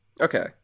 Okay